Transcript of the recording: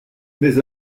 mais